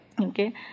Okay